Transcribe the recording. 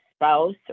spouse